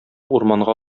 урманга